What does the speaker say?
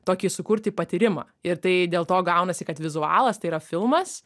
tokį sukurti patyrimą ir tai dėl to gaunasi kad vizualas tai yra filmas